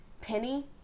penny